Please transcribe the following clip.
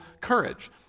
courage